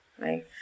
Right